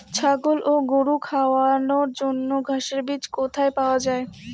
ছাগল ও গরু খাওয়ানোর জন্য ঘাসের বীজ কোথায় পাওয়া যায়?